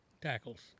tackles